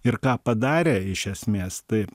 ir ką padarė iš esmės tai